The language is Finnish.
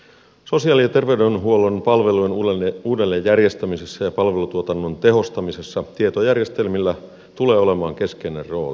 sosiaali ja terveydenhuollon palvelujen uudelleen järjestämisessä ja palvelutuotannon tehostamisessa tietojärjestelmillä tulee olemaan keskeinen rooli